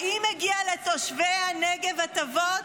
האם מגיעות לתושבי הנגב הטבות?